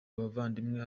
abavandimwe